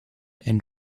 and